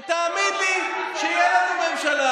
ותאמין לי שתהיה לנו ממשלה,